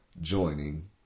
joining